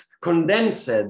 condensed